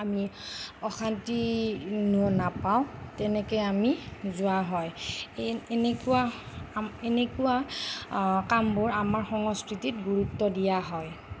আমি অশান্তি নাপাওঁ তেনেকৈ আমি যোৱা হয় এই এনেকুৱা কাম এনেকুৱা কামবোৰ আমাৰ সংস্কৃতিত গুৰুত্ব দিয়া হয়